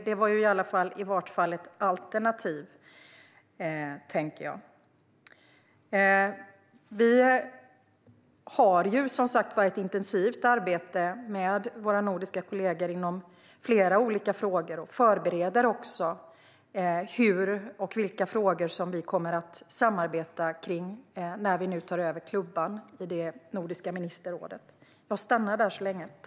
Det var i varje fall ett alternativ. Vi har som sagt ett intensivt samarbete med våra nordiska kollegor inom flera olika frågor och förbereder också hur och i vilka frågor vi kommer att samarbeta när vi nu tar över klubban i Nordiska ministerrådet.